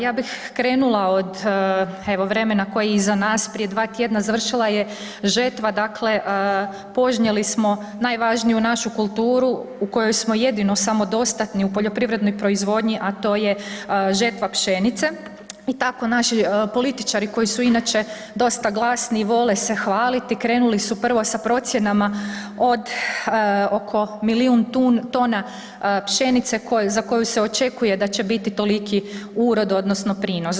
Ja bih krenula od evo vremena koje je iza nas, prije dva tjedna završila je žetva, dakle, požnjeli smo najvažniju našu kulturu u kojoj smo jedino samodostatni u poljoprivrednoj proizvodnji, a to je žetva pšenice, i tako naši političari koji su inače dosta glasni i vole se hvaliti, krenuli su prvo sa procjenama od oko milijun tona pšenice za koju se očekuje da će biti toliki urod odnosno prinos.